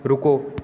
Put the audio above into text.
رکو